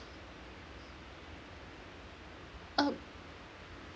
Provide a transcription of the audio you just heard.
um